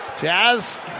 Jazz